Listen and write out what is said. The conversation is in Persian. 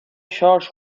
شارژ